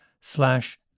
slash